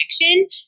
connection